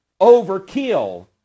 overkill